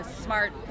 smart